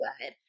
good